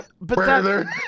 brother